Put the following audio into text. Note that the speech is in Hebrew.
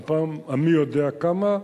בפעם המי-יודע-כמה,